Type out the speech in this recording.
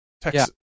Texas